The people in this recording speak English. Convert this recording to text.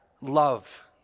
love